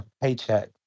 paycheck